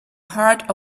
heart